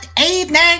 evening